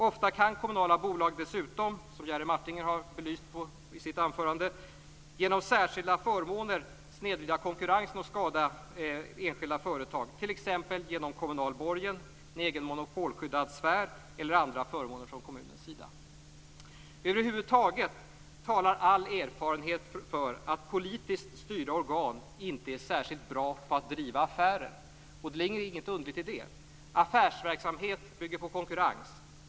Ofta kan kommunala bolag dessutom, som Jerry Martinger har belyst i sitt anförande, genom särskilda förmåner snedvrida konkurrensen och skada enskilda företag, t.ex. genom kommunal borgen, en egen monopolskyddad sfär eller andra förmåner från kommunens sida. Över huvud taget talar all erfarenhet för att politiskt styrda organ inte är särskilt bra på att driva affärer, och det ligger inget underligt i det. Affärsverksamhet bygger på konkurrens.